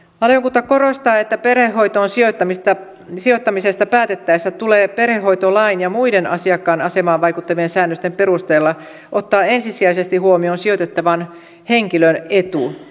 valiokunta korostaa että perhehoitoon sijoittamisesta päätettäessä tulee perhehoitolain ja muiden asiakkaan asemaan vaikuttavien säännösten perusteella ottaa ensisijaisesti huomioon sijoitettavan henkilön etu